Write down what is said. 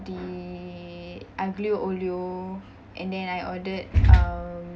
the aglio olio and then I ordered um